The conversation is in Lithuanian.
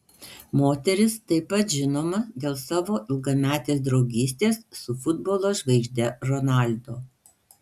moteris taip pat žinoma dėl savo ilgametės draugystės su futbolo žvaigžde ronaldo